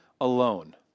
alone